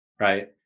right